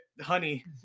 honey